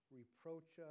reproach